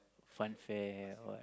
funfair or what